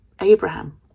Abraham